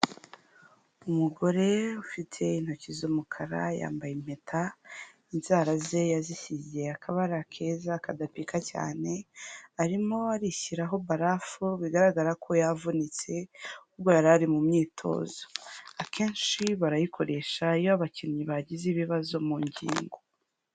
Umugore ufite intoki z'umukara yambaye impeta, inzara ze yazisize akabara keza kadapika cyane, arimo arishyiraho barafu bigaragara ko yavunitse ubwo yarari mu myitozo, akenshi barayikoresha iyo abakinnyi bagize ibibazo mu ngingo.